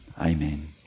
Amen